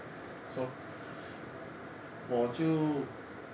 so 我就